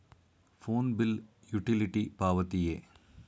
Phone bill utility ಪಾವತಿಯೇ?